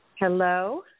Hello